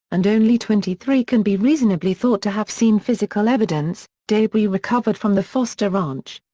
and only twenty three can be reasonably thought to have seen physical evidence, debris recovered from the foster ranch.